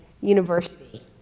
University